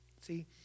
See